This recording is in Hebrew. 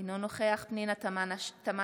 אינו נוכח פנינה תמנו,